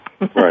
Right